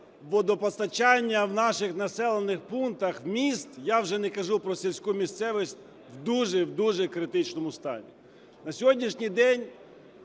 водопостачання в наших населених пунктах міст, я вже не кажу про сільську місцевість, в дуже-дуже критичному стані. На сьогоднішній день